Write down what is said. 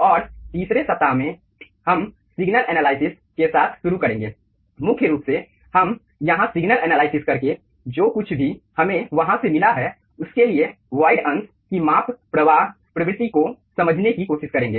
और तीसरे सप्ताह में हम सिग्नल एनालिसिस के साथ शुरू करेंगे मुख्य रूप से हम यहां सिग्नल एनालिसिस करके जो कुछ भी हमें वहां से मिला है उसके लिए वाइड अंश की माप प्रवाह प्रवृत्ति को समझने की कोशिश करेंगे